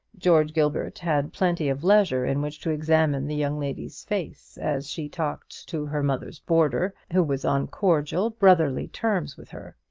george gilbert had plenty of leisure in which to examine the young lady's face as she talked to her mother's boarder, who was on cordial brotherly terms with her.